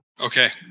Okay